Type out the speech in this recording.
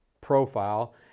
profile